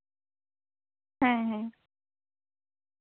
ᱦᱮᱸ ᱦᱮᱸ ᱦᱩᱸ